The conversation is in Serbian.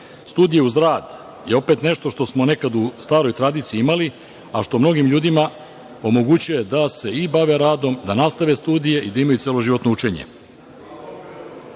Studije uz rad je opet nešto što smo nekad u staroj tradiciji imali, a što mnogim ljudima omogućuje da se i bave radom, da nastave studije i da imaju celoživotno učenje.